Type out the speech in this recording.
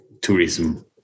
tourism